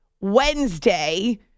Wednesday